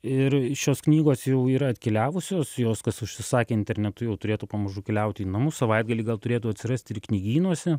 ir šios knygos jau yra atkeliavusios jos kas užsisakė internetu jau turėtų pamažu keliauti į namus savaitgalį gal turėtų atsirasti ir knygynuose